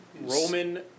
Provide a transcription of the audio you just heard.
Roman